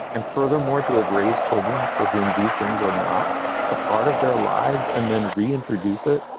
and furthermore, to have raised children for whom these things are not a part of their lives and then reintroduce it.